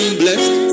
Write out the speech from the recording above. blessed